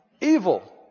Evil